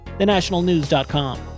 thenationalnews.com